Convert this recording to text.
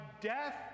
death